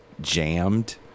jammed